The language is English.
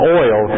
oil